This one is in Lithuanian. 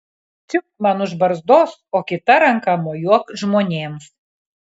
čiupk man už barzdos o kita ranka mojuok žmonėms